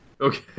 Okay